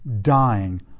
dying